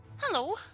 Hello